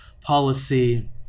policy